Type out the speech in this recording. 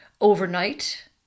Overnight